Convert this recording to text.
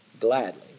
gladly